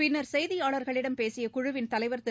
பின்னர் செய்தியாளர்களிடம் பேசியகுழுவின் தலைவர் திரு